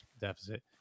deficit